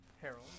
Harold